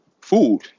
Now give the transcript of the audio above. food